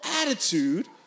attitude